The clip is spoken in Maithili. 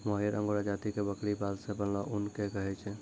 मोहायिर अंगोरा जाति के बकरी के बाल सॅ बनलो ऊन कॅ कहै छै